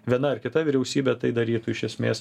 viena ar kita vyriausybė tai darytų iš esmės